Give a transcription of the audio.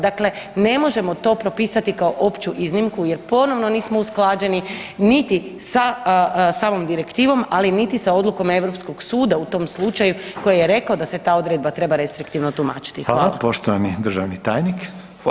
Dakle, ne možemo to propisati kao opću iznimku jer ponovno nismo usklađeni niti sa samom direktivom, a niti sa odlukom Europskog suda u tom slučaju koji je rekao da se ta odredba treba restriktivno tumačiti.